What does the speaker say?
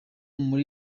muri